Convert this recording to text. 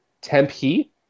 Tempe